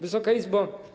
Wysoka Izbo!